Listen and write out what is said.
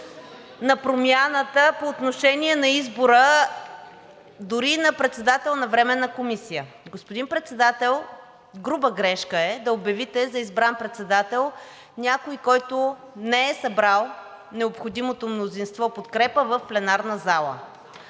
на „Промяната“ по отношение на избора дори на председател на Временна комисия. Господин Председател, груба грешка е да обявите за избран председател някой, който не е събрал необходимото мнозинство подкрепа в пленарната зала.